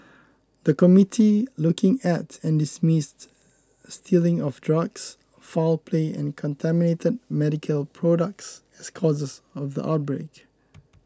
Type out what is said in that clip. the committee looked at and dismissed stealing of drugs foul play and contaminated medical products as causes of the outbreak